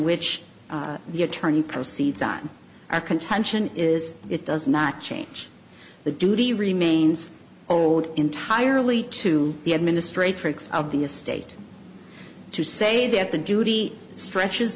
which the attorney proceeds on our contention is it does not change the duty remains owed entirely to the administrate freaks of the estate to say that the duty stretches